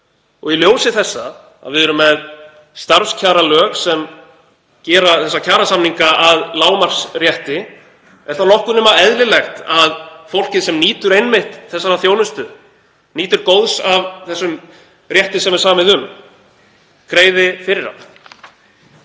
Í ljósi þess að við erum með starfskjaralög sem gera þessa kjarasamninga að lágmarksrétti er þá nokkuð nema eðlilegt að fólkið sem nýtur einmitt þessarar þjónustu, nýtur góðs af þeim rétti sem er samið um, greiði fyrir